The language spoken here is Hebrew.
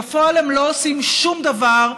בפועל הם לא עושים שום דבר.